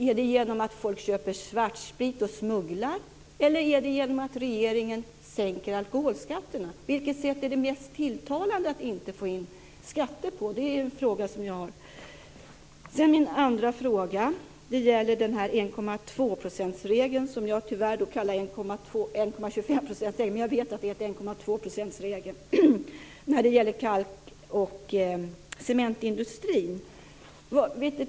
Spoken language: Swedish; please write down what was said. Är det genom att folk köper svartsprit och smugglar, eller är det genom att regeringen sänker alkoholskatterna? Vilket sätt är det mest tilltalande att inte få in skatter på? Min andra fråga gäller 1,2-procentsregeln - som jag tyvärr kallade 1,25-procentsregeln trots att jag vet att den heter 1,2-procentsregeln - när det gäller kalkoch cementindustrin.